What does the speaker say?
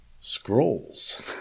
scrolls